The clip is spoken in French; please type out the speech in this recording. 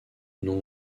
non